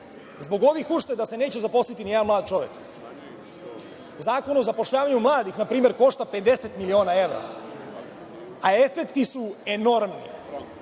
ovih ušteda se neće zaposliti ni jedan mlad čovek. Zakon o zapošljavanju mladih, na primer, košta 50 miliona evra, a efekti su enormni,